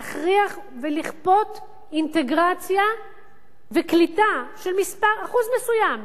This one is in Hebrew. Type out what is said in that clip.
להכריח ולכפות אינטגרציה וקליטה של אחוז מסוים,